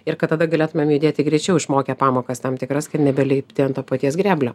ir kad tada galėtumėm judėti greičiau išmokę pamokas tam tikras kad nebelipti ant to paties grėblio